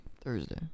Thursday